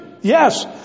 Yes